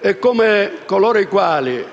che coloro i quali